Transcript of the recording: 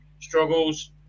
struggles